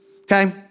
okay